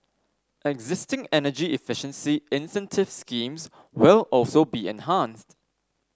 existing energy efficiency incentive schemes will also be enhanced